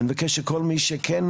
אני מבקש שכל מי שכן